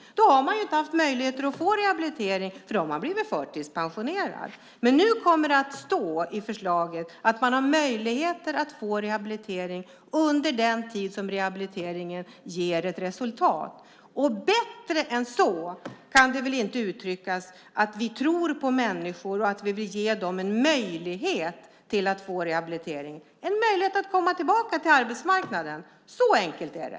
Då har man inte haft möjlighet till rehabilitering utan har blivit förtidspensionerad. Det kommer nu att stå i förslaget att man har möjligheter att få rehabilitering under den tid som rehabiliteringen ger ett resultat. Bättre än så kan det inte uttryckas att vi tror på människor och att vi vill ge dem en möjlighet att få rehabilitering och komma tillbaka till arbetsmarknaden. Så enkelt är det.